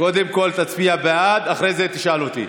שתקבע ועדת הכנסת נתקבלה.